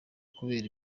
kubera